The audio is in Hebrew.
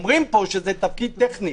אומרים פה שזה תפקיד טכני.